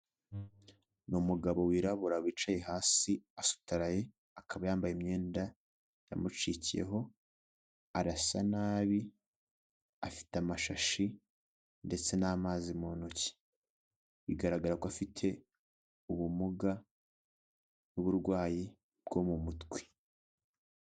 Ni umugabo wirabura wicaye hasi asutaraye akaba yambaye imyenda yamucikiyeho arasa nabi, afite amashashi ndetse n'amazi mu ntoki bigaragara ko afite ubumuga n'uburwayi bwo mu mutwe.